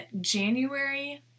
January